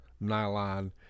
nylon